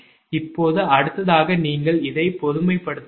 இப்போது அடுத்ததாக நீங்கள் இதைப் பொதுமைப்படுத்த வேண்டும்